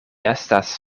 estas